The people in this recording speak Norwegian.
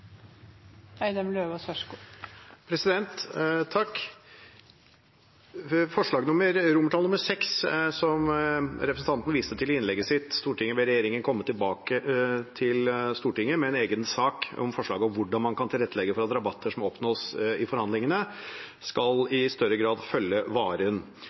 viste til i innlegget sitt, lyder: «Stortinget ber regjeringen komme tilbake til Stortinget med egen sak med forslag om hvordan man i dagligvarebransjen kan tilrettelegge for at rabatter som oppnås i forhandlingene mellom leverandører og kjeder, i større grad følger varen.»